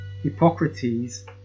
Hippocrates